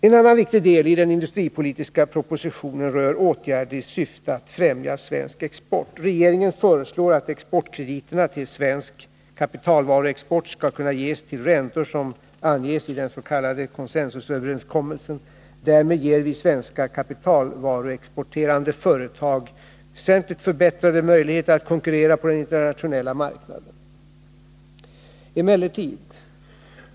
En annan viktig del i den industripolitiska propositionen rör åtgärder i syfte att främja svensk export. Regeringen föreslår att exportkrediterna till svensk kapitalvaruexport skall kunna ges till de räntor som anges i den s.k. Consensusöverenskommelsen. Därmed ger vi svenska kapitalvaruexporterande företag väsentligt förbättrade möjligheter att konkurrera på den internationella marknaden.